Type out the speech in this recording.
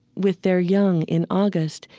with their young in august,